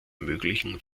möglichen